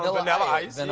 vanilla ice, and